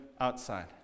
outside